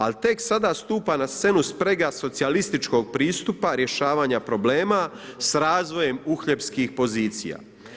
Ali tek sada stupa na scenu sprega socijalističkog pristupa rješavanja problema s razvojem uhljebskih pozicija.